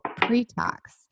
pre-tax